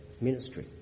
ministry